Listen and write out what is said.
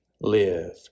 live